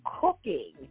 cooking